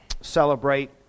celebrate